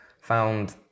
found